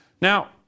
now